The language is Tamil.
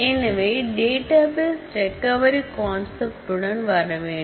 எனவே டேட்டாபேஸ் ரெக்கவரி கான்செப்ட் உடன் வரவேண்டும்